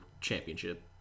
championship